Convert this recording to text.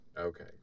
Okay